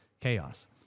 chaos